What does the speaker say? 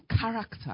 character